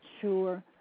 Sure